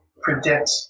predict